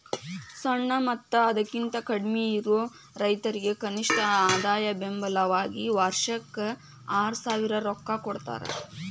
ಸಣ್ಣ ಮತ್ತ ಅದಕಿಂತ ಕಡ್ಮಿಯಿರು ರೈತರಿಗೆ ಕನಿಷ್ಠ ಆದಾಯ ಬೆಂಬಲ ವಾಗಿ ವರ್ಷಕ್ಕ ಆರಸಾವಿರ ರೊಕ್ಕಾ ಕೊಡತಾರ